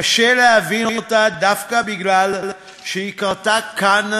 קשה להבין אותה דווקא משום שהיא קרתה כאן,